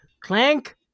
Clank